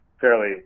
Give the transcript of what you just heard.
fairly